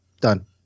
Done